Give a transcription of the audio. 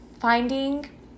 finding